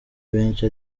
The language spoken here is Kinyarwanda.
benshi